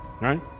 right